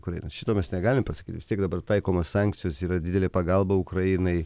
kur eina šito mes negalim pasakyti vis tiek dabar taikomos sankcijos yra didelė pagalba ukrainai